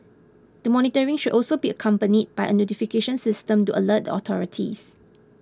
the monitoring should also be accompanied by a notification system to alert the authorities